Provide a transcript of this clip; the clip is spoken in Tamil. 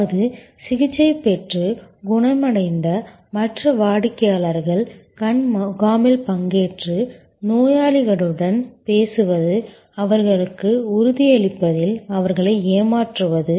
அதாவது சிகிச்சை பெற்று குணமடைந்த மற்ற வாடிக்கையாளர்கள் கண் முகாமில் பங்கேற்று நோயாளிகளுடன் பேசுவது அவர்களுக்கு உறுதியளிப்பதில் அவர்களை ஏமாற்றுவது